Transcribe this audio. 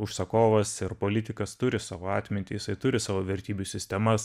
užsakovas ir politikas turi savo atmintį jisai turi savo vertybių sistemas